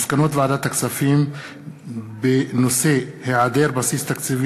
מסקנות ועדת הכספים בעקבות דיון